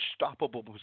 unstoppable